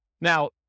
Now